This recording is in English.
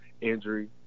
injury